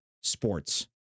sports